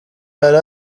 hari